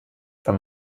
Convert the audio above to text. wenn